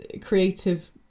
creative